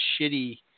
shitty –